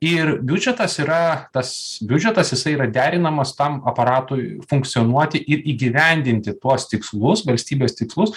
ir biudžetas yra tas biudžetas jisai yra derinamas tam aparatui funkcionuoti ir įgyvendinti tuos tikslus valstybės tikslus